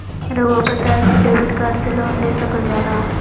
रहुआ बताइं कि डेबिट कार्ड से लोन ले सकल जाला?